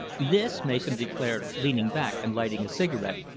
this, mason declared, leaning back and lighting a cigarette,